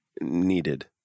Needed